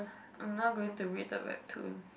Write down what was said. I am now going to read the Webtoon